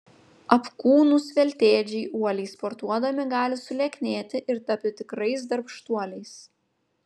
apkūnūs veltėdžiai uoliai sportuodami gali sulieknėti ir tapti tikrais darbštuoliais